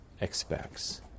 expects